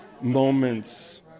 moments